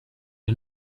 you